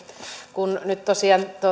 kun nyt tosiaan